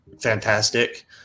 fantastic